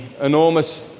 enormous